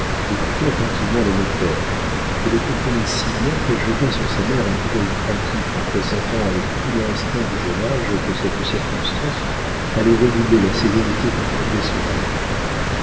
écoutait attentivement le notaire et le comprenait si bien qu'elle jeta sur sa mère un coup d'œil craintif en pressentant avec tout l'instinct du jeune âge que cette circonstance allait redoubler la sévérité qui grondait sur elle